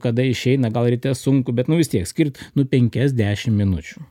kada išeina gal ryte sunku bet nu vis tiek skirk nu penkias dešimt minučių